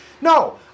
no